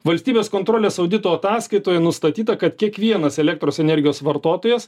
valstybės kontrolės audito ataskaitoje nustatyta kad kiekvienas elektros energijos vartotojas